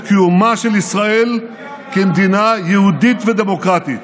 קיומה של ישראל כמדינה יהודית ודמוקרטית.